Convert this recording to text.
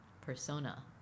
persona